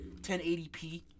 1080p